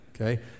okay